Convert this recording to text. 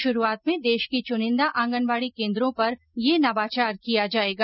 शुरूआत में देश की चुनिंदा आंगनबाडी केन्द्रों पर ये नवाचार किया जाएगा